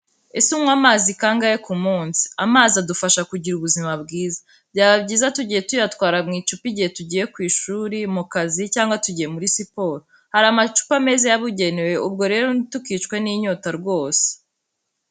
Ese unywa amazi kangahe ku munsi? Amazi adufasha kugira ubuzima bwiza. Byaba byiza tugiye tuyatwara mu icupa igihe tugiye ku ishuri, mu kazi cyangwa tugiye muri siporo. Hari amacupa meza yabugenewe, ubwo rero ntitukicwe n'inyota rwose.